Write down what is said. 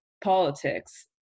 politics